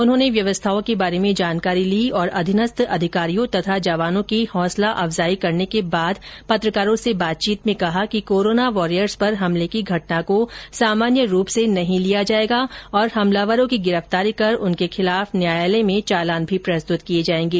उन्होंने व्यवस्थाओं के बारे में जानकारी ली और अधीनस्थ अधिकारियों तथा जवानों की हौसला अफजाई करने के बाद पत्रकारों से बातचीत में कहा कि कोरोना वॉरियर्स पर हमले की घटना को सामान्य रूप से नहीं लिया जाएगा और हमलावरों की गिरफ्तारी कर उनके खिलाफ न्यायालय में चालान भी प्रस्तुत किए जाएंगे